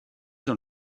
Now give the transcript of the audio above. dans